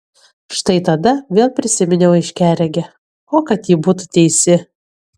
štai tada vėl prisiminiau aiškiaregę o kad ji būtų teisi